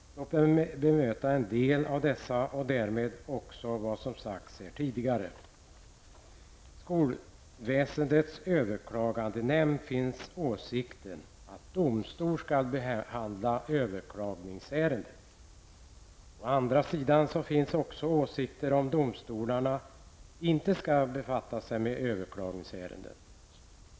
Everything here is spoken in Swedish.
Låt mig bemöta en del av dessa och därmed också vad som sagts här tidigare. I skolväsendets överklagandenämnd finns åsikten att domstol skall behandla överklagningsärenden. Å andra sidan finns också åsikten att domstolarna inte skall befatta sig med överklagningsärenden.